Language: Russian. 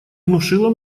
внушило